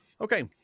Okay